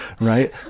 right